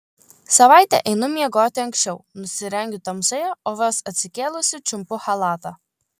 savaitę einu miegoti anksčiau nusirengiu tamsoje o vos atsikėlusi čiumpu chalatą